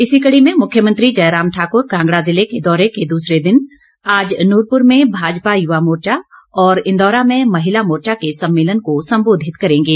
इसी कड़ी में मुख्यमंत्री जयराम ठाकुर कांगड़ा जिले के दौरे के दूसरे दिन आज नूरपुर में भाजपा युवा मोर्चा और इंदौरा में महिला मोर्चा के सम्मेलनों को संबोधित करेंगे